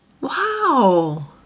Wow